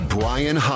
Brian